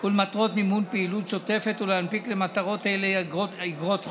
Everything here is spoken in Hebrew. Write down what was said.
ולמטרות מימון פעילות שוטפת ולהנפיק למטרות אלה איגרות חוב,